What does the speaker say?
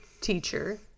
teacher